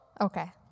Okay